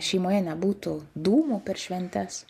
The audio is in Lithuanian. šeimoje nebūtų dūmų per šventes